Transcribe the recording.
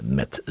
met